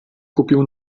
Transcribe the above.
kupił